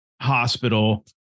hospital